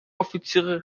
offiziere